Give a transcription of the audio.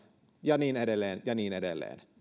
ja niin edelleen ja niin edelleen